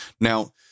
Now